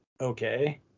okay